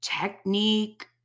technique